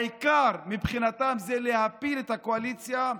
העיקר מבחינתם זה להפיל את הקואליציה.